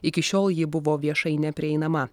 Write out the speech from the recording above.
iki šiol ji buvo viešai neprieinama